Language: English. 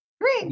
Great